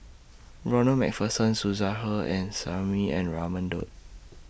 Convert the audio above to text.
Ronald MacPherson Suzairhe Sumari and Raman Daud